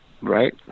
Right